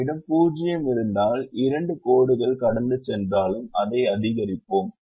நம்மிடம் 0 இருந்தாலும் இரண்டு கோடுகள் கடந்து சென்றாலும் அதை அதிகரிப்போம்